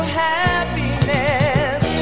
happiness